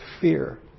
fear